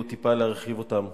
וטיפה להרחיב אותה.